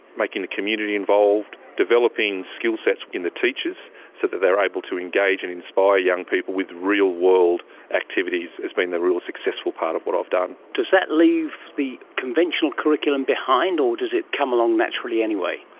making the community involved, developing skillsets in the teachers so that they are able to engage and inspire young people with real-world activities has been the real successful part of what i've done. does that leave the conventional curriculum behind or does it come along naturally anyway?